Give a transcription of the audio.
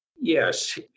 Yes